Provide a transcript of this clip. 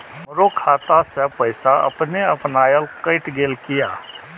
हमरो खाता से पैसा अपने अपनायल केट गेल किया?